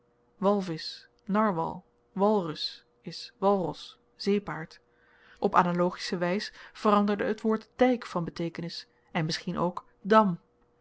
walvisch narwal walrus walros zeepaard op analogische wys veranderde het woord dyk van beteekenis en misschien ook